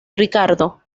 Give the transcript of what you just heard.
ricardo